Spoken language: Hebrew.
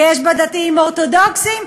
ויש בה דתיים אורתודוקסים,